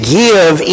give